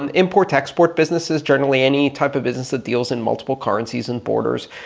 and import-export businesses, generally any type of business that deals in multiple currencies and borders.